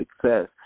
success